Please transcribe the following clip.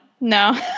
no